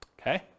okay